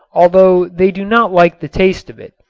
although they do not like the taste of it,